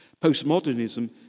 Postmodernism